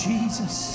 Jesus